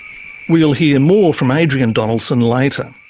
we'll hear more from adrian donaldson later.